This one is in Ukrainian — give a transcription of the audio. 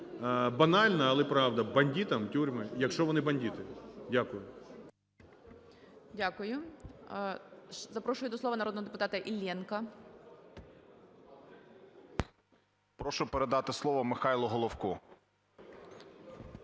Банально, але правда: бандитам – тюрми. Якщо вони бандити. Дякую.